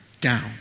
down